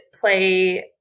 play